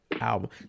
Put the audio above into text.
album